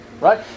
right